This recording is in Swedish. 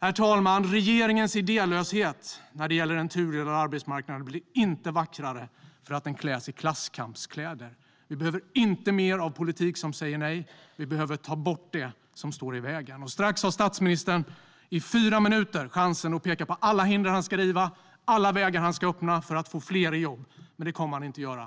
Herr talman! Regeringens idélöshet när det gäller den tudelade arbetsmarknaden blir inte vackrare för att den kläs i klasskampskläder. Vi behöver inte mer av politik som säger nej. Vi behöver ta bort det som står i vägen. Strax har statsministern i fyra minuter en chans att peka på alla hinder som han ska riva och alla vägar som han ska öppna för att få fler i jobb. Men det kommer han inte att göra.